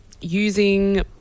using